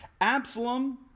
Absalom